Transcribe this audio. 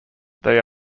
they